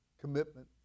commitment